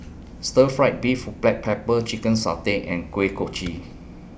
Stir Fry Beef Black Pepper Chicken Satay and Kuih Kochi